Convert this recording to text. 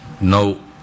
no